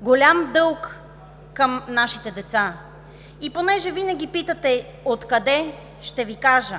голям дълг към нашите деца. И понеже винаги питате: откъде? Ще Ви кажа: